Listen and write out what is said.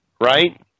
right